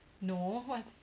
no what the